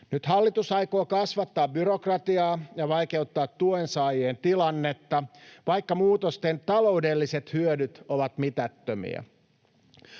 Nyt hallitus aikoo kasvattaa byrokratiaa ja vaikeuttaa tuensaajien tilannetta, vaikka muutosten taloudelliset hyödyt ovat mitättömiä.